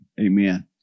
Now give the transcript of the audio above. amen